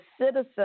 citizen